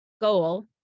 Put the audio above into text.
goal